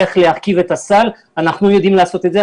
איך להרכיב את הסל, אנחנו יודעים לעשות את זה.